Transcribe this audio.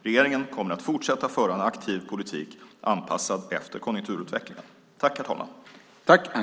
Regeringen kommer att fortsätta att föra en aktiv politik anpassad efter konjunkturutvecklingen.